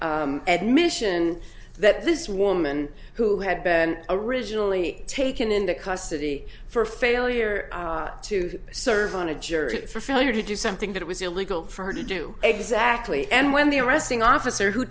important admission that this woman who had been originally taken into custody for failure to serve on a jury for failure to do something that it was illegal for her to do exactly and when the arresting officer who